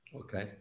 okay